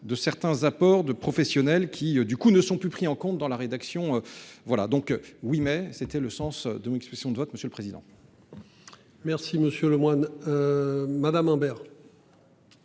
de certains apports de professionnels qui du coup ne sont plus pris en compte dans la rédaction voilà donc oui mais c'était le sens de mon expression de votre monsieur le président. Merci Monsieur Lemoine. Madame Imbert.